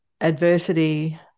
adversity